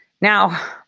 Now